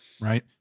Right